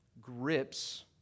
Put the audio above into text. grips